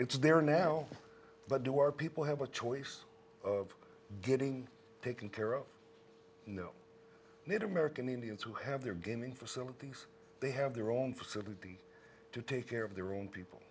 it's there now but do our people have a choice of getting taken care of no little merican indians who have their gaming facilities they have their own facility to take care of their own people